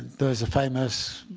there was a famous